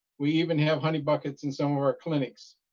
we even have honey buckets in some of our clinics,